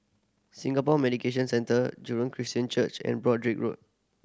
Singapore Mediation Centre Jurong Christian Church and Broadrick Road